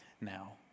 now